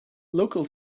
local